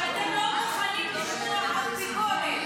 שאתם לא מוכנים לשמוע אף ביקורת.